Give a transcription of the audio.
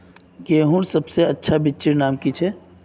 गेहूँर सबसे अच्छा बिच्चीर नाम की छे?